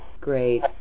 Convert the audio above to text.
Great